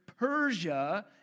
Persia